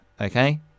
okay